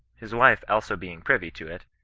his wife also beins privy to it,